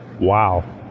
Wow